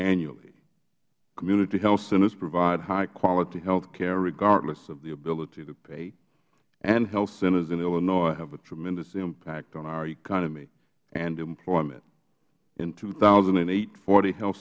annually community health centers provide high quality health care regardless of the ability to pay and health centers in illinois have a tremendous impact on our economy and employment in two thousand and eight forty he